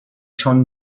چون